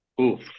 Oof